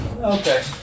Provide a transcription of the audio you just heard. Okay